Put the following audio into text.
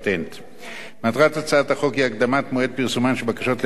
מטרת הצעת החוק היא הקדמת מועד פרסומן של בקשות לפטנט לעיון הציבור